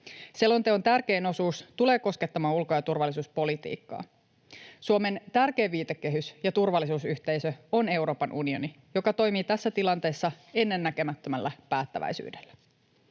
Selonteon tärkein osuus tulee koskettamaan ulko- ja turvallisuuspolitiikkaa. Suomen tärkein viitekehys ja turvallisuusyhteisö on Euroopan unioni, joka toimii tässä tilanteessa ennen näkemättömällä päättäväisyydellä.